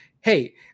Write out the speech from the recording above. hey